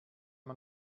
man